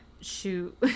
shoot